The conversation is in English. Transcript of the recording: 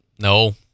no